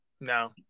No